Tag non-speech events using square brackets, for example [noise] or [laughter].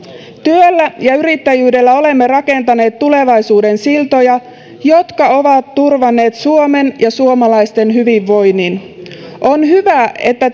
työllä ja yrittäjyydellä olemme rakentaneet tulevaisuuden siltoja jotka ovat turvanneet suomen ja suomalaisten hyvinvoinnin on hyvä että [unintelligible]